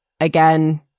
again